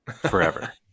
forever